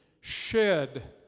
shed